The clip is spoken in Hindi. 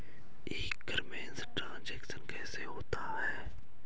ई कॉमर्स में ट्रांजैक्शन कैसे होता है?